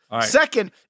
Second